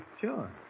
Sure